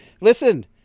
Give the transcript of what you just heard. listen